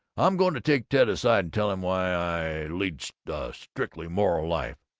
i'm going to take ted aside and tell him why i lead a strictly moral life.